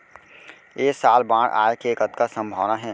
ऐ साल बाढ़ आय के कतका संभावना हे?